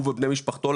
הוא ובני משפחתו,